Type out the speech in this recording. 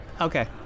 Okay